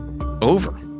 over